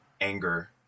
anger